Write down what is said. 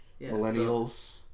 millennials